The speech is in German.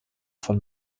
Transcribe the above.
von